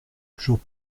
toujours